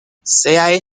sea